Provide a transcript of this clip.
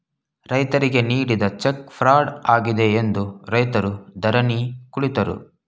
ರೈತರಿಗೆ ನೀಡಿದ cheque fraud ಆಗಿದೆ ಎಂದು ರೈತರು ಧರಣಿ ಕುಳಿತರು